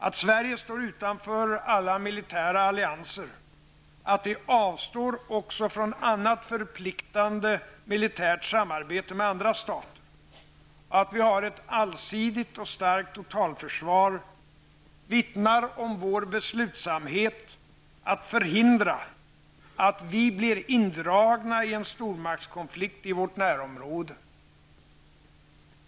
Att Sverige står utanför alla militära allianser, att vi avstår också från annat förpliktigande militärt samarbete med andra stater och att vi har ett allsidigt och starkt totalförsvar vittnar om vår beslutsamhet att förhindra att vi blir indragna i en stormaktskonflikt i vårt närområde.